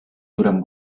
durant